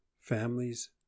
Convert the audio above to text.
Families